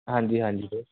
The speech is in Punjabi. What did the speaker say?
ਹਾਂਜੀ ਹਾਂਜੀ ਵੀਰੇ